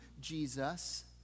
Jesus